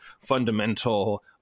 fundamental